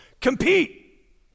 compete